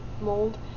mold